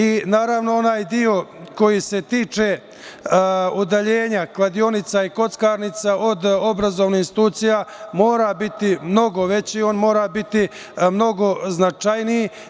I, naravno, onaj deo koji se tiče udaljenja kladionica i kockarnica od obrazovnih institucija mora biti mnogo veći, on mora biti mnogo značajniji.